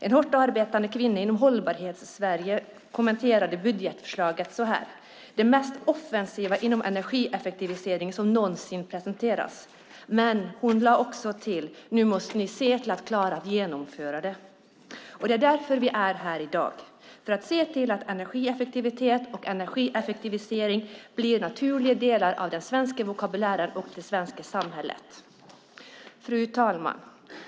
En hårt arbetande kvinna inom Hållbarhetssverige kommenterade budgetförslaget med att det är det mest offensiva inom energieffektivisering som någonsin presenterats. Men hon lade också till att vi nu måste se till att klara att genomföra det. Det är därför vi är här i dag - för att se till att energieffektivitet och energieffektivisering blir naturliga delar av den svenska vokabulären och det svenska samhället. Fru talman!